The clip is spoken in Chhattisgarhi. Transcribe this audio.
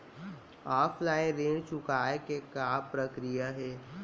ऑफलाइन ऋण चुकोय के का प्रक्रिया हे?